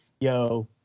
yo